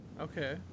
Okay